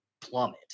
plummet